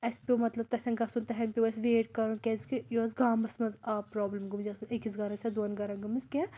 اَسہِ پیوٚو مطلب تَتھٮ۪ن گژھُن تَتھٮ۪ن پیوٚو اَسہِ ویٹ کَرُن کیٛازکہِ یہِ اوس گامَس منٛز آب پرٛابلِم گٔمٕژ یہِ ٲس نہٕ أکِس گَرَس یا دۄن گَرَن گٔمٕژ کیٚنٛہہ